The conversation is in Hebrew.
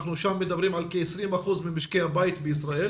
שם אנחנו מדברים על כ-20 אחוזים ממשקי הבית בישראל